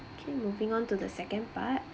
okay moving on to the second part